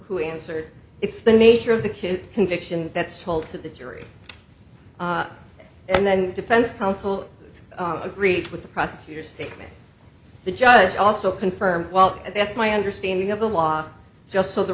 who answered it's the nature of the kid conviction that's told to the jury and then defense counsel agreed with the prosecutor statement the judge also confirmed well that's my understanding of the law just so the